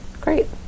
Great